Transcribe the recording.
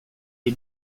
est